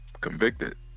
convicted